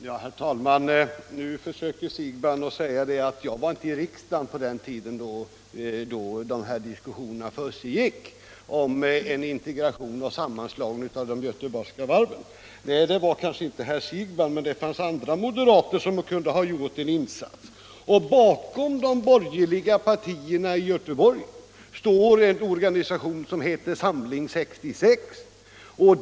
Herr talman! Nu säger herr Siegbahn att han var inte i riksdagen på den tiden då diskussionerna om en integration och sammanslagning av de göteborgska varven försiggick. Nej, det var kanske inte herr Siegbahn, men det fanns andra moderater som kunde ha gjort en insats. Bakom de borgerliga partierna i Göteborg står en organisation som heter Samling 66.